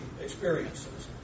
experiences